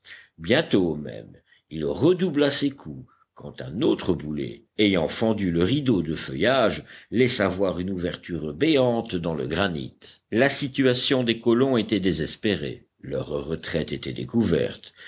bientôt même il redoubla ses coups quand un autre boulet ayant fendu le rideau de feuillage laissa voir une ouverture béante dans le granit la situation des colons était désespérée leur retraite était découverte